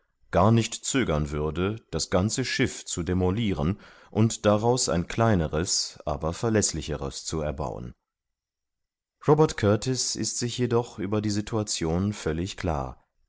gar nicht zögern würde das ganze schiff zu demoliren und daraus ein kleineres aber verläßlicheres zu erbauen robert kurtis ist sich jedoch über die situation völlig klar